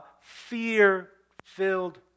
fear-filled